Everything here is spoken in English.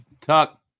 Talk